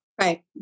Right